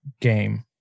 game